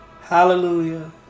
hallelujah